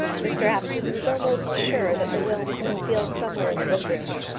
mr apjohn was almost sure that the will was concealed somewhere in the book-room.